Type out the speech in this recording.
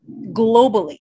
globally